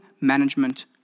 Management